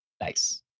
Nice